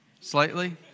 Slightly